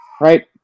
right